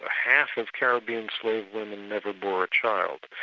ah half of caribbean slave women never bore a child.